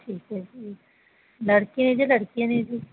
ਠੀਕ ਹੈ ਜੀ ਲੜਕੇ ਜਾ ਲੜਕੀਆਂ ਨੇ ਜੀ